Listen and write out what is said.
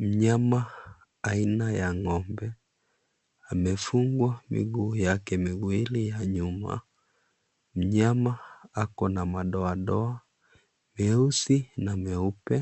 Mnyama aina ya ng'ombe, amefungwa miguu yake miwili ya nyuma. Mnyama ako na madoadoa meusi na meupe.